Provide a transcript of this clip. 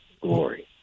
Glory